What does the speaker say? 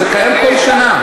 זה קיים כל שנה.